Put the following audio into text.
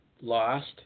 lost